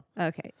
Okay